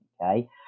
okay